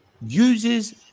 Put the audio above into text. uses